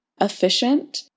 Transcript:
efficient